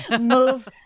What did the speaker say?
move